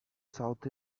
south